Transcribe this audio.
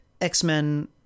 X-Men